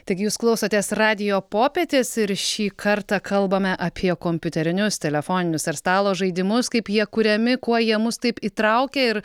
taigi jūs klausotės radijo popietės ir šį kartą kalbame apie kompiuterinius telefoninius ar stalo žaidimus kaip jie kuriami kuo jie mus taip įtraukia ir